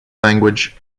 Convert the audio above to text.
language